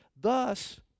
Thus